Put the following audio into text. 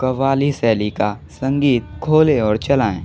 कव्वाली शैली का संगीत खोलें और चलाएँ